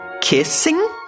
Kissing